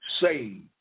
saved